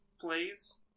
plays